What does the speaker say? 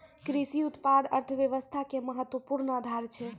कृषि उत्पाद अर्थव्यवस्था के महत्वपूर्ण आधार छै